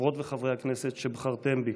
חברות וחברי הכנסת, על שבחרתם בי.